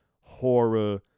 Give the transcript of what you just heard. horror